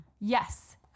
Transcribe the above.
yes